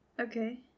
Okay